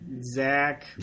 Zach